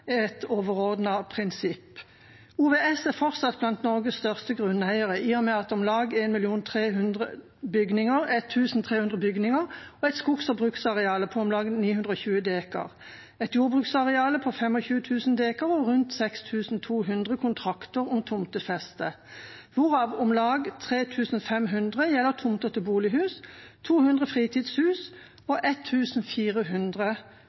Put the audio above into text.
et overordnet prinsipp. Opplysningsvesenets fond, OVF, er fortsatt blant Norges største grunneiere, i og med at de har om lag 1 300 bygninger, et skogs- og bruksareal på om lag 920 dekar, et jordbruksareal på 25 000 dekar og rundt 6 200 kontrakter om tomtefeste, hvorav om lag 3 500 gjelder tomter til bolighus, 200 fritidshus og 1 400